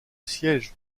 siège